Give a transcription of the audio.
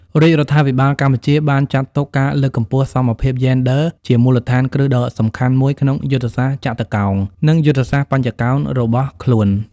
រាជរដ្ឋាភិបាលកម្ពុជាបានចាត់ទុកការលើកកម្ពស់សមភាពយេនឌ័រជាមូលដ្ឋានគ្រឹះដ៏សំខាន់មួយក្នុងយុទ្ធសាស្ត្រចតុកោណ និងយុទ្ធសាស្ត្របញ្ចកោណរបស់ខ្លួន។